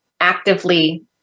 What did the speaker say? actively